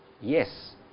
Yes